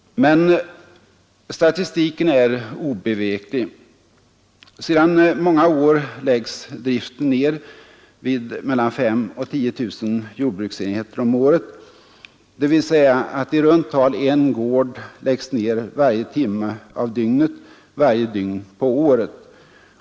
Men statistiken är obeveklig. Sedan många år läggs driften ner vid mellan 5 000 och 10 000 jordbruksenheter om året, dvs. att i runt tal en gård läggs ner varje timme av dygnet varje dygn på året.